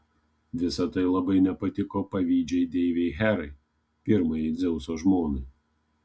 visa tai labai nepatiko pavydžiai deivei herai pirmajai dzeuso žmonai